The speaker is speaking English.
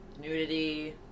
nudity